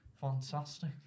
Fantastic